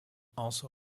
also